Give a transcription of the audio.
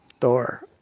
Thor